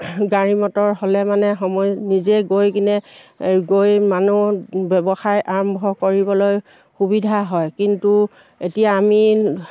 গাড়ী মটৰ হ'লে মানে সময় নিজে গৈ কিনে গৈ মানুহ ব্যৱসায় আৰম্ভ কৰিবলৈ সুবিধা হয় কিন্তু এতিয়া আমি